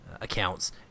Accounts